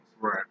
right